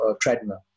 treadmill